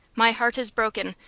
my heart is broken.